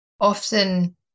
Often